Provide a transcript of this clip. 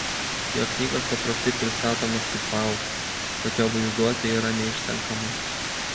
jo knygos paprastai pristatomos kaip vau kad jo vaizduotė yra neišsenkama